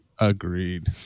Agreed